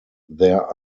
there